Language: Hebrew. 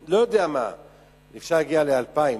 אפשר להגיע ל-2,000.